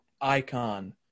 ICON